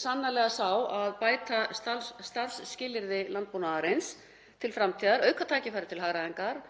sannarlega sá að bæta starfsskilyrði landbúnaðarins til framtíðar, auka tækifæri til hagræðingar